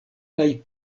kaj